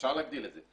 אפשר להגדיל את זה.